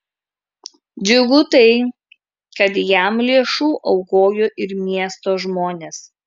džiugu tai kad jam lėšų aukojo ir miesto žmonės